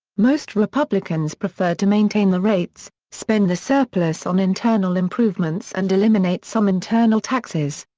most republicans preferred to maintain the rates, spend the surplus on internal improvements and eliminate some internal taxes.